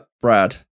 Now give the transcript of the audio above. Brad